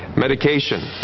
medication.